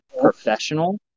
professional